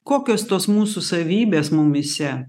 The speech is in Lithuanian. kokios tos mūsų savybės mumyse